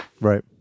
Right